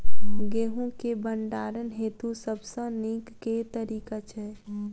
गेंहूँ केँ भण्डारण हेतु सबसँ नीक केँ तरीका छै?